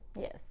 Yes